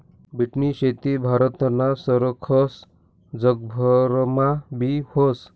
बीटनी शेती भारतना सारखस जगभरमा बी व्हस